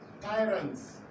tyrants